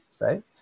right